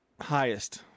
highest